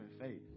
faith